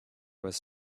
was